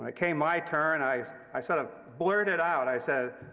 ah came my turn, i i sort of blurted out, i said,